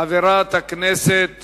חברת הכנסת